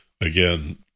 again